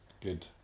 Good